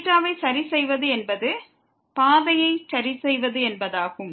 θ வை சரிசெய்வது என்பது பாதையை சரிசெய்வது என்பதாகும்